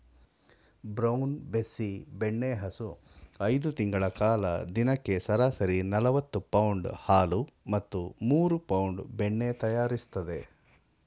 brown Bessie ಬೆಣ್ಣೆಹಸು ಐದು ತಿಂಗಳ ಕಾಲ ದಿನಕ್ಕೆ ಸರಾಸರಿ ನಲವತ್ತು ಪೌಂಡ್ ಹಾಲು ಮತ್ತು ಮೂರು ಪೌಂಡ್ ಬೆಣ್ಣೆ ತಯಾರಿಸ್ತದೆ